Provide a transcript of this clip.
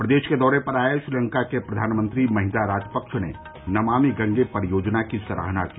प्रदेश के दौरे पर आए श्रीलंका के प्रधानमंत्री महिंदा राजपक्ष ने नमामि गंगे परियोजना की सराहना की